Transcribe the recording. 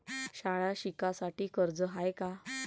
शाळा शिकासाठी कर्ज हाय का?